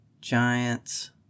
Giants